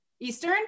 Eastern